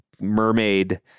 mermaid